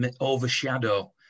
overshadow